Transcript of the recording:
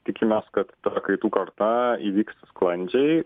tikimės kad ta kaitų karta įvyks sklandžiai